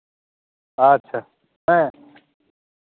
ᱟᱪᱪᱷᱟ ᱦᱮᱸ